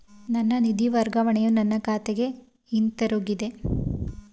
ನನ್ನ ನಿಧಿ ವರ್ಗಾವಣೆಯು ನನ್ನ ಖಾತೆಗೆ ಹಿಂತಿರುಗಿದೆ